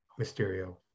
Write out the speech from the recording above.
Mysterio